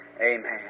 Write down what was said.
amen